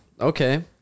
Okay